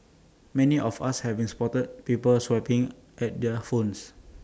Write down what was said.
many of us have been spotted people swiping at their phones